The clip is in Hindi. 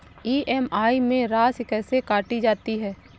ई.एम.आई में राशि कैसे काटी जाती है?